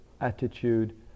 attitude